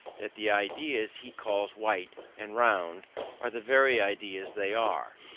that the ideas he calls white and round are the very ideas they are,